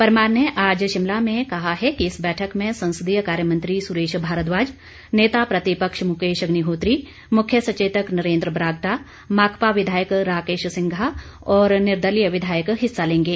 परमार ने आज शिमला में कहा है कि इस बैठक में संसदीय कार्यमंत्री सुरेश भारद्वाज नेता प्रतिपक्ष मुकेश अग्निहोत्री मुख्य सचेतक नरेंद्र बरागटा माकपा विधायक राकेश सिंघा और निर्दलीय विधायक हिस्सा लेगें